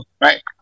right